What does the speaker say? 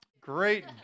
Great